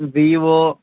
Vivo